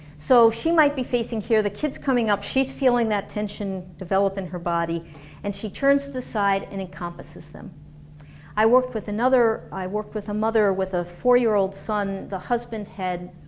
so, she might be facing here, the kid's coming up, she's feeling that tension develop in her body and she turns to the side and encompasses them i worked with another i worked with a mother with a four year old son the husband had